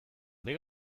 ari